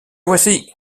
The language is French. voici